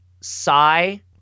sigh